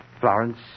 Florence